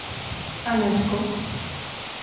ᱟᱱᱟᱡᱽ ᱠᱚ